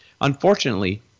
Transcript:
Unfortunately